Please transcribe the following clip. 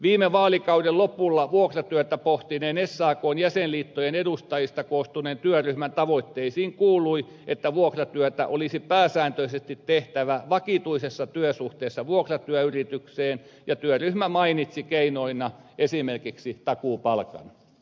viime vaalikauden lopulla vuokratyötä pohtineen sakn jäsenliittojen edustajista koostuneen työryhmän tavoitteisiin kuului että vuokratyötä olisi pääsääntöisesti tehtävä vakituisessa työsuhteessa vuokratyöyritykseen ja työryhmä mainitsi keinoina esimerkiksi takuupalkan